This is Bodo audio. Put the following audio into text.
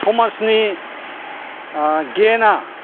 समाजनि गेना